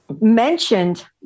mentioned